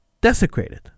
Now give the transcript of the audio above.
desecrated